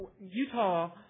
Utah